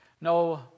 No